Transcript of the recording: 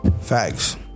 Facts